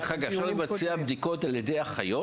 דרך אגב, אפשר לבצע בדיקות על ידי אחיות?